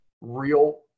real